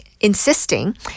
Insisting